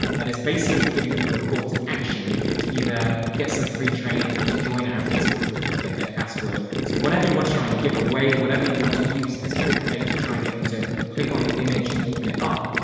that is basically giving people a call to action to either get some free training or to join our facebook group and to get their password. so whatever you want to try and give away whatever you want to use as clickbait clickbait to try and get them and to click on the image to open it up.